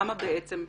למה בעצם?